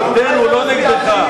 נגדנו, לא נגדך.